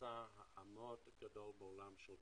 ההיצע הגדול בעולם של גז.